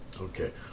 Okay